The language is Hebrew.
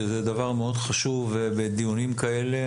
שזה דבר מאוד חשוב בדיונים כאלה,